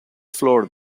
floor